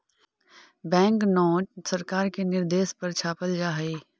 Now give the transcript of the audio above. bank note सरकार के निर्देश पर छापल जा हई